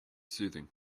soothing